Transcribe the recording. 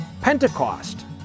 Pentecost